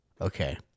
Okay